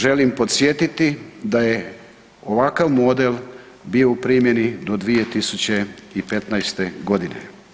Želim podsjetiti da je ovakav model bio u primjeni do 2015. godine.